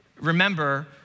remember